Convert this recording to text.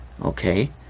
okay